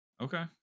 Okay